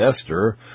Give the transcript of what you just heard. Esther